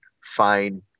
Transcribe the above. fine